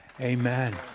Amen